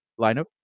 lineup